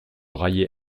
railler